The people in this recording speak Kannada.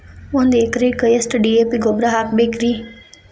ಒಂದು ಎಕರೆಕ್ಕ ಎಷ್ಟ ಡಿ.ಎ.ಪಿ ಗೊಬ್ಬರ ಹಾಕಬೇಕ್ರಿ?